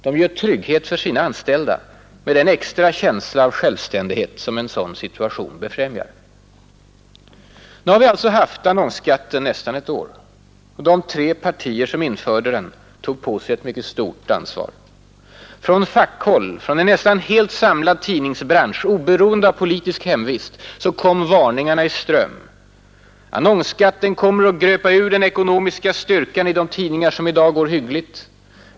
De ger trygghet för sina anställda med den extra känsla av självständighet som en sådan situation befrämjar. Nu har vi alltså haft annonsskatten nästan ett år. De tre partier som införde den tog på sig ett mycket stort ansvar. Från fackhåll och från en nästan helt samlad tidningsbransch — oberoende av politisk hemvist — kom varningarna i ström. Annonsskatten kommer att gröpa ur den ekonomiska styrkan i de tidningar som i dag går hyggligt.